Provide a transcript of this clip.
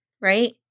right